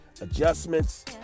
adjustments